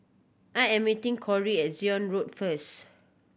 I am meeting Cory at Zion Road first